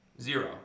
zero